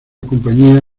compañía